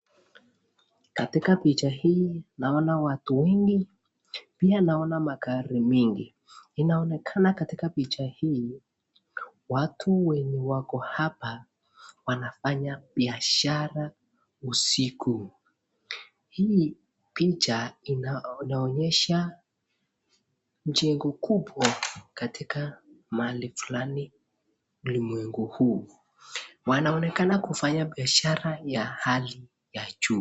Katika picha hii naona watu wengi pia naona magari mengi , inaonekana katika picha hii watu wenye wako hapa wanafanya biashara usiku ,hii picha inaonyesha jengo kubwa katika mahali fulani ulimwengu huu ,wanaonekana kufanya biashara ya hali ya juu.